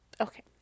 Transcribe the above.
Okay